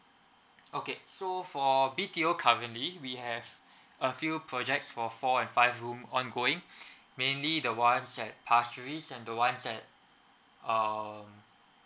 okay so for B_T_O currently we have a few projects for four and five room ongoing mainly the ones at pasir ris and the ones at um